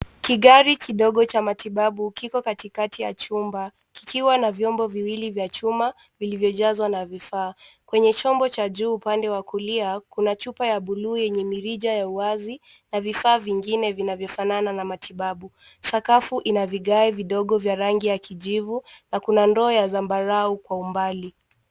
Kigari kidogo cha matibau kiko katikati ya chumba, kikiwa na vyombo viwili vya chuma, vilivyojazwa na vifaa. Kwenye chombo cha juu upande wa kulia, kuna chupa ya buluu yenye mirija ya uwazi, na vifaa vingine vinavyofanana na matibabu. Sakafu ina vigae vidogo vya rangi ya kijivu, na kuna ndoo ya zambarau kwa umbali.